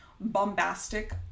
bombastic